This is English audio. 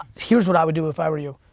here's what i would do if i were you,